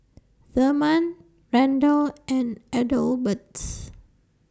Therman Randell and Adelbert